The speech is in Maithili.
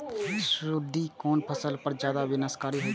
सुंडी कोन फसल पर ज्यादा विनाशकारी होई छै?